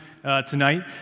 tonight